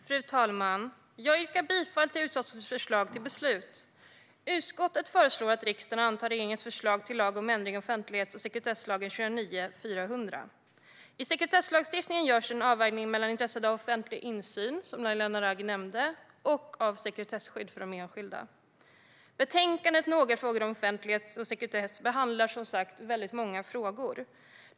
Fru talman! Jag yrkar bifall till utskottets förslag till beslut. Utskottet föreslår att riksdagen antar regeringens förslag till lag om ändring i offentlighets och sekretesslagen, 2009:400. I sekretesslagstiftningen görs det en avvägning mellan intresset av offentlig insyn, som Laila Naraghi nämnde, och av sekretesskydd för de enskilda. I betänkandet Några frågor om offentlighet och sekretess behandlas många frågor.